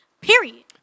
Period